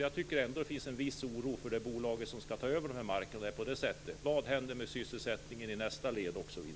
Jag känner en viss oro för det bolag som skall ta över den här marken. Vad händer med sysselsättningen i nästa led?